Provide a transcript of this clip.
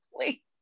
please